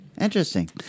Interesting